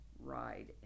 ride